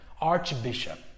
Archbishop